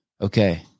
Okay